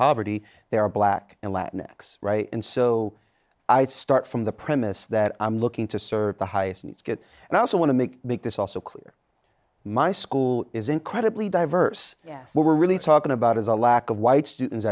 poverty there are black and latin x and so i'd start from the premise that i'm looking to serve the highest good and i also want to make big this also clear my school is incredibly diverse we're really talking about is a lack of white students